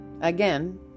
again